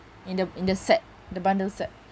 in the in the set the bundle set